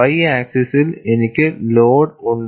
Y ആക്സിസിൽ എനിക്ക് load ഉണ്ട്